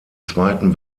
zweiten